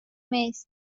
meest